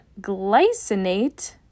glycinate